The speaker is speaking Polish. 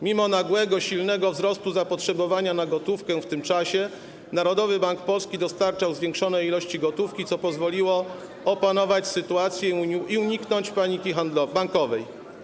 Mimo nagłego, silnego wzrostu zapotrzebowania na gotówkę w tym czasie Narodowy Bank Polski dostarczał zwiększone ilości gotówki, co pozwoliło opanować sytuację i uniknąć paniki bankowej.